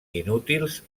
inútils